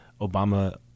Obama